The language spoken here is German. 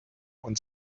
und